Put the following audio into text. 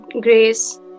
Grace